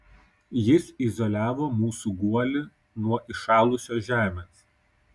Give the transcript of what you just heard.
jis izoliavo mūsų guolį nuo įšalusios žemės